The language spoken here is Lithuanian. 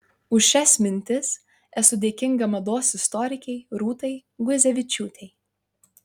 už šias mintis esu dėkinga mados istorikei rūtai guzevičiūtei